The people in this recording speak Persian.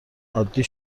عادی